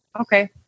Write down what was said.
Okay